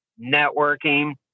networking